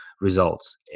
results